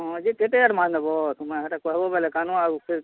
ହଁ ଯେ କେତେ ଏଡ୍ଭାନ୍ସ୍ ତୁମେ ହେଟା କହେବବେଲେ କାନୁ ଆର୍ ଫେର୍